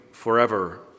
Forever